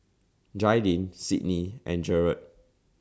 Jaidyn Sydney and Jered